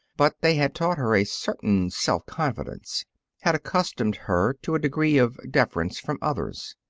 but they had taught her a certain self-confidence had accustomed her to a degree of deference from others.